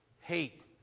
hate